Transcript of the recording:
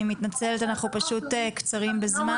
אני מתנצלת, אנחנו קצרים בזמן.